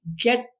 get